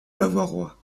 bavarois